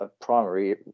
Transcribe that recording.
primary